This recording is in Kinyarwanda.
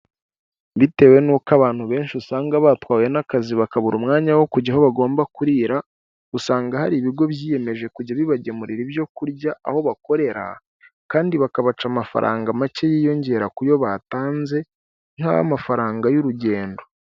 Bitewe n'uko abantu benshi usanga batwawe n'akazi bakabura umwanya wo kujya aho bagomba kurira, usanga hari ibigo byiyemeje kujya bibagemurira ibyo kurya aho bakorera, kandi bakabaca amafaranga make yiyongera ku yo batanze nka mafaranga y'urugendo.